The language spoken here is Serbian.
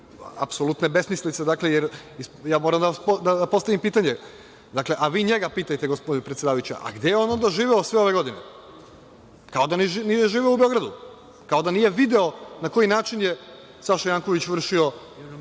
apsolutne besmislice. Ja moram da postavim pitanje, dakle, a vi njega pitajte gospodine predsedavajući, a gde je on onda živeo sve ove godine, kao da nije živeo u Beogradu, kao da nije video na koji način je Saša Janković vršio